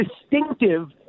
distinctive